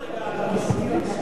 המשכיר המסכן